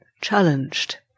challenged